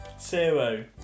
Zero